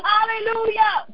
Hallelujah